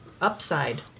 upside